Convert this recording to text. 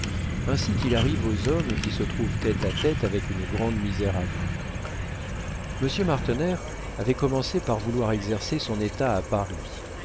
ainsi qu'il arrive aux hommes qui se trouvent tête à tête avec une grande misère à vaincre monsieur martener avait commencé par vouloir exercer son état à paris